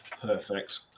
Perfect